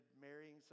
marrying